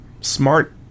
Smart